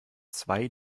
zwei